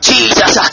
Jesus